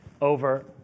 over